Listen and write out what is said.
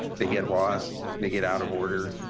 they get lost, they get out of order.